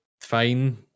fine